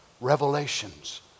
revelations